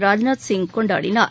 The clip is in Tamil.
ராஜ்நாத் சிங் கொண்டாடினார்